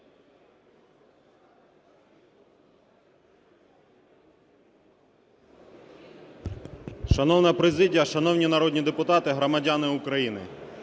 Шановна президія, шановні народні депутати, громадяни України!